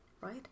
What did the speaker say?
right